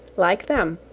like them,